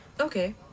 okay